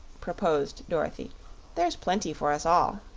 proposed dorothy there's plenty for us all.